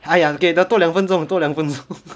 !aiya! 给他多两分钟两分钟